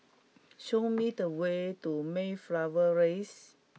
show me the way to Mayflower Raise